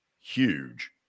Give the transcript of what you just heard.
Huge